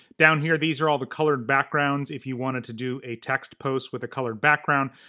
down here these are all the colored backgrounds if you wanted to do a text post with colored background,